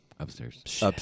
upstairs